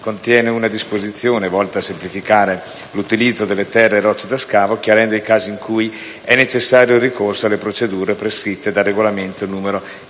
contiene una disposizione volta a semplificare l'utilizzo delle terre e rocce da scavo, chiarendo i casi in cui è necessario il ricorso alle procedure prescritte dal regolamento n.